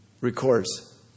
records